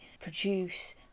produce